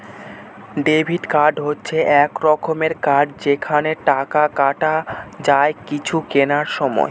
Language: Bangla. ডেবিট কার্ড হচ্ছে এক রকমের কার্ড যেখানে টাকা কাটা যায় কিছু কেনার সময়